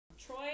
Troy